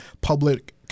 public